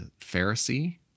Pharisee